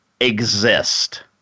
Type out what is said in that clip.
exist